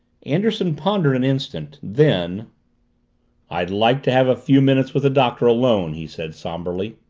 anderson pondered an instant. then i'd like to have a few minutes with the doctor alone, he said somberly.